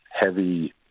heavy